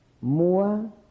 more